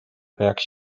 peaks